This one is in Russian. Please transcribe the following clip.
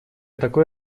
такой